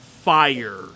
fire